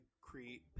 create